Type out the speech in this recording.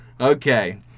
Okay